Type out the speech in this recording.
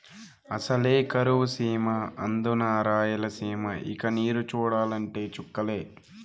అసలే కరువు సీమ అందునా రాయలసీమ ఇక నీరు చూడాలంటే చుక్కలే